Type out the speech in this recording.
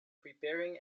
preparing